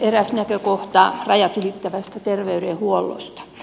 eräs näkökohta rajat ylittävästä terveydenhuollosta